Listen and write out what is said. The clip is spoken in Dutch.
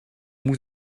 moet